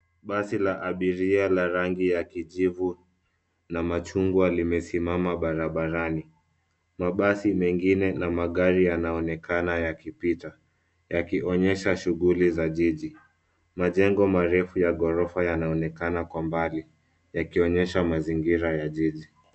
Basi la abiria la rangi ya kijivu na machungwa limesimama barabarani, mabasi mengine na magari yanaonekana yakipita yakionyesha shughuli za jiji ,majengo marefu ya ghorofa yanaonekana kwa mbali yakionyesha mazingira ya jiji.